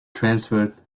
transferred